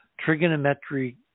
trigonometric